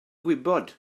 gwybod